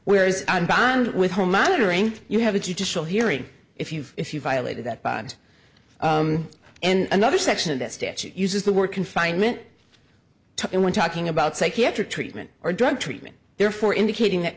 whereas on bond with home monitoring you have a judicial hearing if you if you violate that bond in another section of that statute uses the word confinement and when talking about psychiatric treatment or drug treatment therefore indicating that